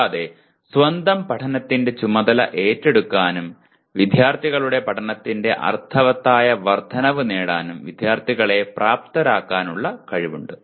കൂടാതെ സ്വന്തം പഠനത്തിന്റെ ചുമതല ഏറ്റെടുക്കാനും വിദ്യാർത്ഥികളുടെ പഠനത്തിന്റെ അർത്ഥവത്തായ വർദ്ധനവ് നേടാനും വിദ്യാർത്ഥികളെ പ്രാപ്തരാക്കാനുള്ള കഴിവുമുണ്ട്